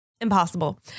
impossible